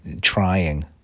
trying